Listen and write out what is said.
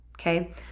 okay